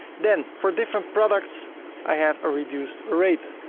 then for different products i have a reduced rate.